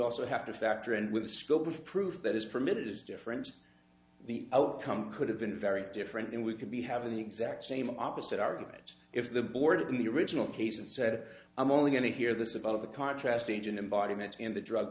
also have to factor in with the scope of proof that is permitted is different the outcome could have been very different then we could be having the exact same opposite argument if the board in the original case and said i'm only going to hear this about the contrast agent embodiments and the drug